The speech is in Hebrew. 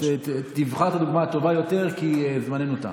רק תבחר את הדוגמה הטובה יותר, כי זמננו תם.